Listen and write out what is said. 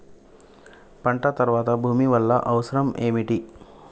పంట తర్వాత భూమి వల్ల అవసరం ఏమిటి?